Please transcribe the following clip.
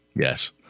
Yes